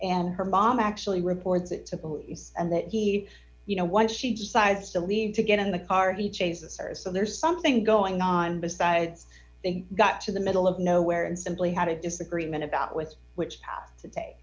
and her mom actually reports it and that he you know why she decides to leave to get out of the car he chases so there's something going on besides they got to the middle of nowhere and simply had a disagreement about with which to day